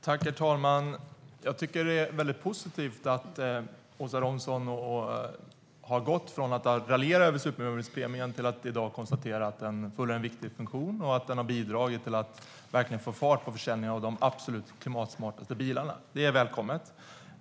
Herr talman! Jag tycker att det är väldigt positivt att Åsa Romson har gått från att raljera över supermiljöbilspremien till att i dag konstatera att den fyller en viktig funktion och har bidragit till att verkligen få fart på försäljningen av de absolut klimatsmartaste bilarna. Det är välkommet.